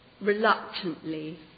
reluctantly